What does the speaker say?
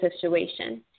situation